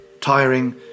Tiring